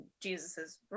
jesus's